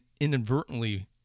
inadvertently